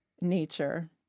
nature